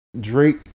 Drake